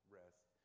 rest